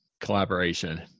collaboration